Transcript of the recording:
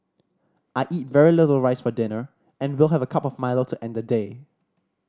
I eat very little rice for dinner and will have a cup of Milo to end the day